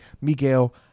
miguel